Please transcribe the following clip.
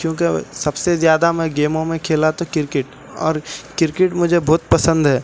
کیونکہ سب سے زیادہ میں گیموں میں کھیلا تو کرکٹ اور کرکٹ مجھے بہت پسند ہے